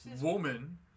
woman